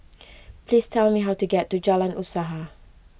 please tell me how to get to Jalan Usaha